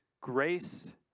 grace